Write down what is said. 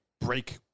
break